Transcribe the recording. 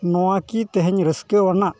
ᱱᱚᱣᱟᱠᱤ ᱛᱮᱦᱮᱧ ᱨᱟᱹᱥᱠᱟᱹᱣᱟᱱᱟᱜ